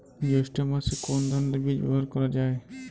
জৈষ্ঠ্য মাসে কোন ধানের বীজ ব্যবহার করা যায়?